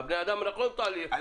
אבל על בני אדם לא חסים.